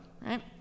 right